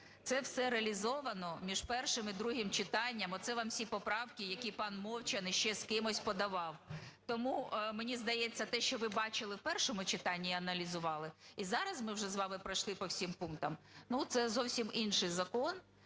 Це все реалізовано між першим і другим читанням. Оце вам всі поправки, які пан Мовчан і ще з кимось подавав. Тому, мені здається, те, що ви бачили в першому читанні і аналізували, і зараз ми вже зараз пройшли по всім пунктам, ну це зовсім інший закон,